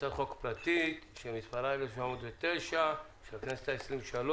הצעת חוק פרטית שמספרה 1709 של הכנסת ה-23,